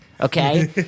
okay